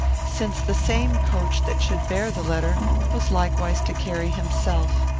since the same coach that should bear the letter was likewise to carry himself.